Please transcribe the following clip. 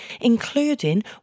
including